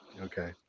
Okay